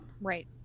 Right